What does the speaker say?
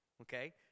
okay